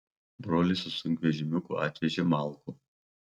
brolis su sunkvežimiuku atvežė malkų